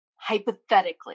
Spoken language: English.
Hypothetically